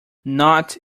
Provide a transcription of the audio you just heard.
not